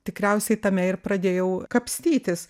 tikriausiai tame ir pradėjau kapstytis